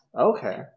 Okay